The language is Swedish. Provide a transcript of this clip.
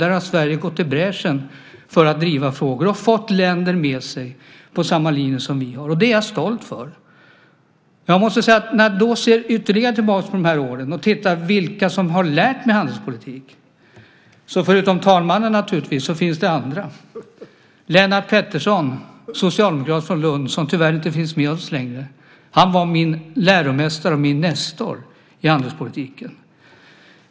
Sverige har gått i bräschen för att driva dessa frågor och fått länder med sig på samma linje som vi, och det är jag stolt över. Låt mig se ytterligare tillbaka på de här åren och titta på vilka som har lärt mig handelspolitik. Förutom talmannen, naturligtvis, finns det andra. Lennart Pettersson, socialdemokrat från Lund som tyvärr inte finns med oss längre, var min läromästare och nestor i handelspolitiken.